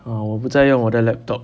啊我不在用我的 laptop